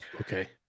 Okay